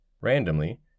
Randomly